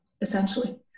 essentially